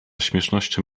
śmiesznością